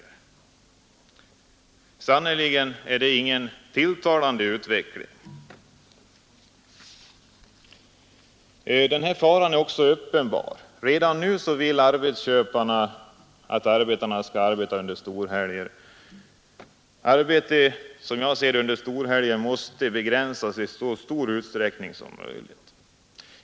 Det är sannerligen ingen tilltalande utveckling. Den här faran är också uppenbar. Redan nu vill arbetsköparna att arbetarna skall arbeta under storhelger. Arbete under storhelger måste, som jag ser det, begränsas i så stor utsträckning som möjligt.